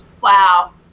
Wow